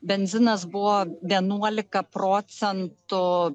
benzinas buvo vienuolika procentų